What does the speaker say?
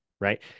right